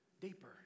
deeper